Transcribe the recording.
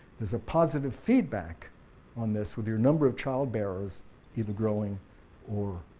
there's a positive feedback on this with your number of child bearers either growing or